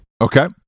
okay